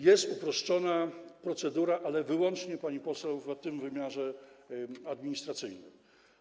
Jest uproszczona procedura, ale wyłącznie, pani poseł, w tym wymiarze administracyjnym.